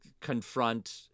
confront